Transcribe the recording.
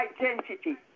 identity